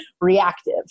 reactive